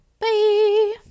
Bye